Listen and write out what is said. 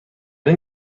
این